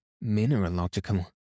mineralogical